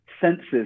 senses